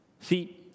See